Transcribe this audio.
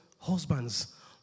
Husbands